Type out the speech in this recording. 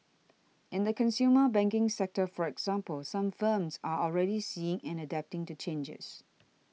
in the consumer banking sector for example some firms are already seeing and adapting to changes